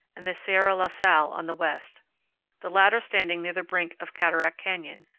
and the sierra la sal on the west the latter standing near the brink of cataract canyon,